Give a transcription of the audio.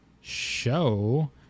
show